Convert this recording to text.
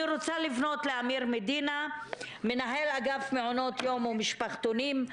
אני רוצה לפנות לאמיר מדינה מנהל אגף מעונות יום ומשפחתונים,